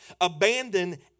Abandon